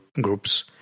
groups